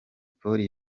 polly